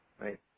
Right